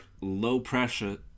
low-pressure